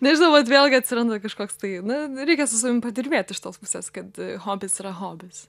nežinau man vėlgi atsiranda kažkoks tai na reikia su savim padirbėti iš tos pusės kad hobis yra hobis